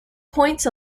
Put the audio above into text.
points